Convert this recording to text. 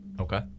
Okay